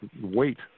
Wait